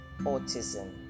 autism